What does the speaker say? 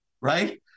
right